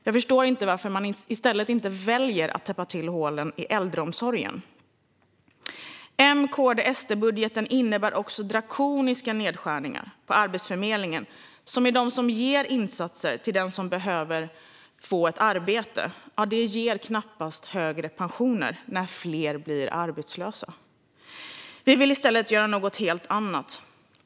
Jag förstår inte varför man inte väljer att i stället täppa till hålen i äldreomsorgen. M-KD-SD-budgeten innebär också drakoniska nedskärningar på Arbetsförmedlingen, den myndighet som gör insatser för den som behöver få ett arbete. Det ger knappast högre pensioner att fler blir arbetslösa. Vi vill i stället göra något helt annat.